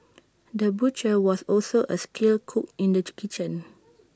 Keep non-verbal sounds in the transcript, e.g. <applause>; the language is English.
the butcher was also A skilled cook in the <unintelligible> kitchen